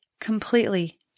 completely